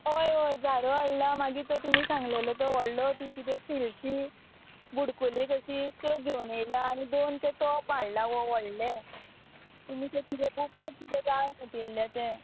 हय हय झाडू हाडला मागीर तो तुमी सांगलेलो तो व्हडलो ती किदें स्टिलची बुडकुली कशी त्यो घेवन येयलां आनी दोन तें तोप हाडला वो व्हडलें तुमी तें कितें कितें जाय म्हटिल्लें तें